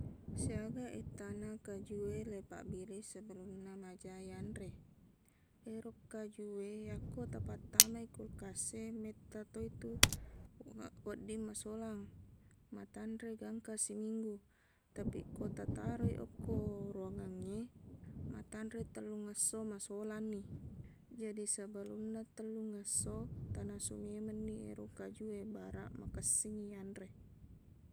Siaga ettana kajuwe laipabbiring sebelumna majaq yanre ero kajuwe yakko tapattamai kulkas e mettatoitu wa- wadding masolang matanre gangkang siminggu tapiq ko tataroi okko ruwangangnge matanre tellung ngesso masolanni jadi sebelumna tellung ngesso tanasu memanni ero kajuwe baraq makessingngi yanre